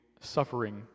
suffering